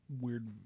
weird